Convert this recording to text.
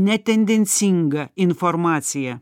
netendencingą informaciją